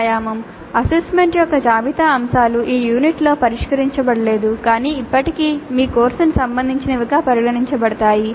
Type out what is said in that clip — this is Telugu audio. వ్యాయామం అసెస్మెంట్ యొక్క జాబితా అంశాలు ఈ యూనిట్లో పరిష్కరించబడలేదు కానీ ఇప్పటికీ మీ కోర్సుకు సంబంధించినవిగా పరిగణించబడతాయి